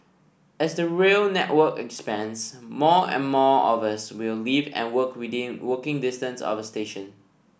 as the rail network expands more and more of us will live and work within walking distance of a station